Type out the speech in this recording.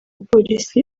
polisi